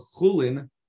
chulin